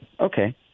okay